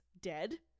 dead